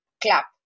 clap